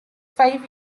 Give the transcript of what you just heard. five